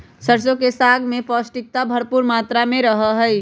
सरसों के साग में पौष्टिकता भरपुर मात्रा में रहा हई